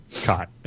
caught